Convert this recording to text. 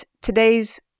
today's